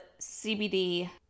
CBD